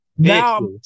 Now